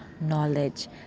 knowledge